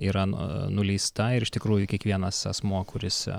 yra nuleista ir iš tikrųjų kiekvienas asmuo kuris